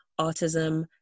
autism